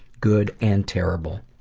good and terrible.